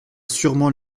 surement